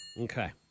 Okay